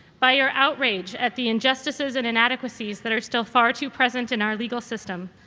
by your outrage at the injustices and inadequacies that are still far too present in our legal system,